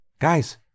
guys